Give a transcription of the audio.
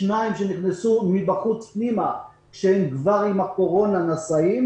שניים שנכנסו מבחוץ פנימה כשהם כבר נשאים של הקורונה,